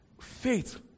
faith